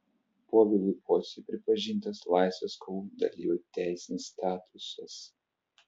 povilui pociui pripažintas laisvės kovų dalyvio teisinis statusas